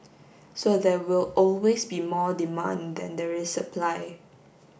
so there will always be more demand than there is supply